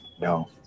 No